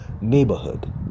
neighborhood